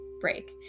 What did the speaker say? break